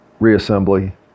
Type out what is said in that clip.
reassembly